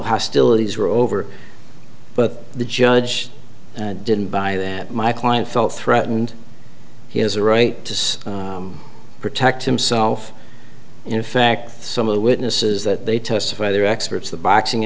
hostilities are over but the judge didn't buy that my client felt threatened he has a right to protect himself in fact some of the witnesses that they testify their experts the boxing